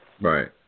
Right